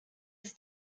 ist